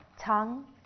tongue